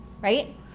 right